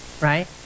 right